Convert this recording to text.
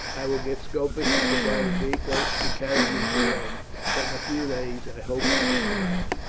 i will get scopus to provide a vehicle to carry me to rome but in a few days i hope to be about.